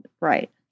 Right